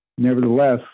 Nevertheless